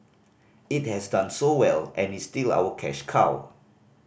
it has done so well and is still our cash cow